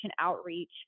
outreach